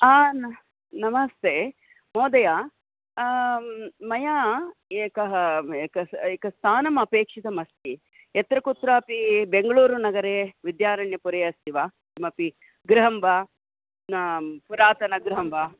आ न नमस्ते महोदय मया एकः एकम् एकम् स्थानम् अपेक्षितमस्ति यत्र कुत्रापि बेङ्गलूरुनगरे विद्यारण्यपुरे अस्ति वा किमपि गृहं वा पुरातनगृहं वा